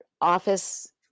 office